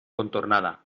contornada